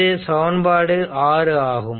இது சமன்பாடு 6 ஆகும்